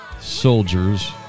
soldiers